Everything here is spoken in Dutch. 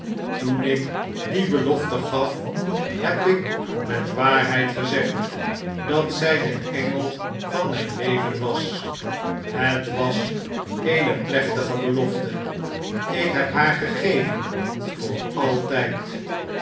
toen ik die belofte gaf heb ik met waarheid gezegd dat zij de engel van mijn leven was het was eene plechtige belofte ik heb haar gegeven voor altijd